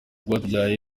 rwatubyaye